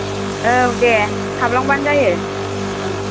औ दे हाबलांबानो जायो ओं